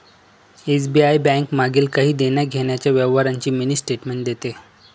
SBI bank मागील काही देण्याघेण्याच्या व्यवहारांची मिनी स्टेटमेंट देते